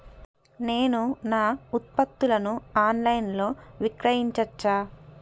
నేను నా ఉత్పత్తులను ఆన్ లైన్ లో విక్రయించచ్చా?